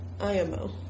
IMO